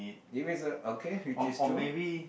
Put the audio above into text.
if it's a okay which is true